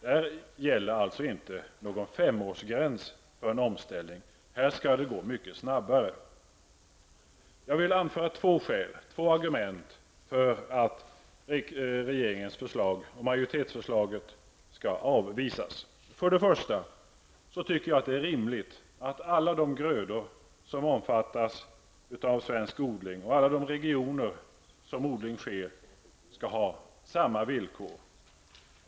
Här gäller alltså inte någon femårsgräns för omställningen, utan det skall gå mycket snabbare. Jag vill anföra två argument för att regeringens förslag och majoritetens förslag skall avvisas. För det första tycker jag att det är rimligt att alla de grödor som omfattas av svensk odling och alla de regioner där odling sker skall ha samma villkor.